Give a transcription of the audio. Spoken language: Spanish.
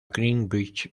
greenwich